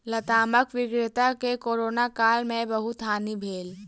लतामक विक्रेता के कोरोना काल में बहुत हानि भेल